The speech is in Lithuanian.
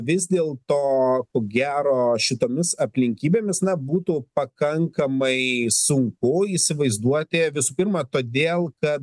vis dėlto ko gero šitomis aplinkybėmis na būtų pakankamai sunku įsivaizduoti visų pirma todėl kad